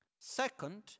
Second